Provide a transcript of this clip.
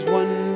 one